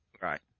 Right